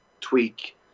tweak